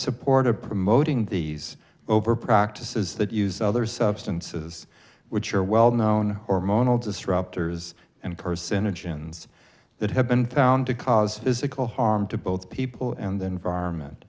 support of promoting these over practices that use other substances which are well known hormonal disruptors and personage and that have been found to cause physical harm to both people and environment